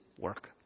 work